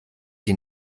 die